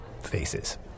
faces